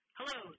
Hello